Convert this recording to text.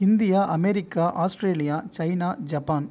India America Australia China Japan